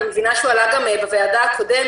אני מבינה שהוא עלה גם בישיבה הקודמת,